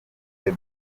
the